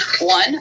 One